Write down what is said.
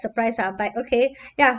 surprised ah but okay ya